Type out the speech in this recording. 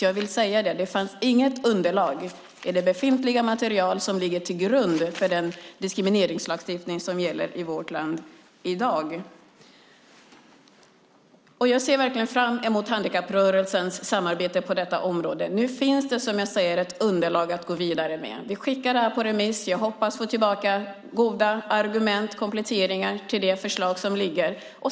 Jag vill därför säga att det inte fanns något underlag i det befintliga material som ligger till grund för den diskrimineringslagstiftning som gäller i vårt land i dag. Jag ser verkligen fram mot handikapprörelsens samarbete på detta område. Nu finns det, som jag sade, ett underlag att gå vidare med. Vi skickar detta på remiss. Jag hoppas få tillbaka goda argument och kompletteringar i fråga om det förslag som föreligger.